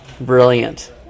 Brilliant